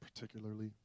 particularly